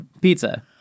Pizza